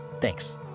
Thanks